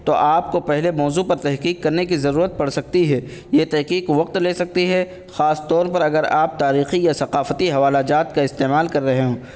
تو آپ کو پہلے موضوع پر تحقیق کرنے کی ضرورت پڑ سکتی ہے یہ تحقیق وقت لے سکتی ہے خاص طور پر اگر آپ تاریخی یا ثقافتی حوالہ جات کا استعمال کر رہے ہوں